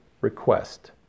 request